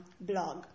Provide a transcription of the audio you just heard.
blog